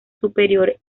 superior